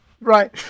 Right